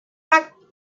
facto